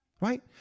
right